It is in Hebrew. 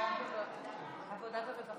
ההצעה להעביר